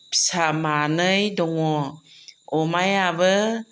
फिसा मानै दङ अमायाबो